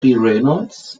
reynolds